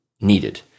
needed